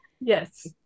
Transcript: yes